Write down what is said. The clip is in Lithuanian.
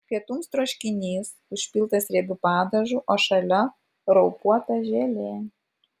pietums troškinys užpiltas riebiu padažu o šalia raupuota želė